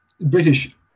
British